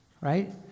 Right